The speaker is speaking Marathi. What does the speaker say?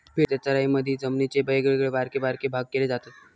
फिरत्या चराईमधी जमिनीचे वेगवेगळे बारके बारके भाग केले जातत